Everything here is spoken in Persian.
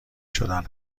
شدن